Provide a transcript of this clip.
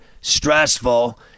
stressful